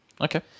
Okay